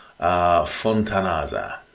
Fontanaza